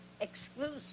exclusive